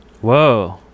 Whoa